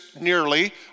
nearly